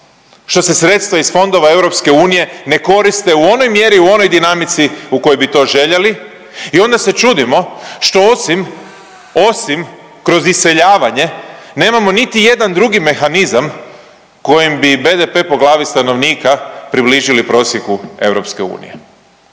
što se sredstva iz fondova EU ne koriste u onoj mjeri i u onoj dinamici u kojoj bi to željeli i onda se čudimo što osim, osim kroz iseljavanja, nemamo niti jedan drugi mehanizam kojim bi BDP po glavi stanovnika približili prosjeku EU.